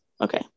okay